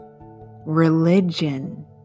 religion